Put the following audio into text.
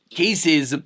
cases